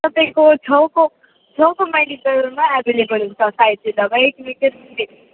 तपाईँको छेउको छेउको मेडिकलमा एभाइलेभल हुन्छ सायद त्यो दबाई किनकि